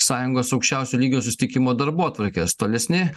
sąjungos aukščiausio lygio susitikimo darbotvarkės tolesni